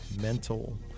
mental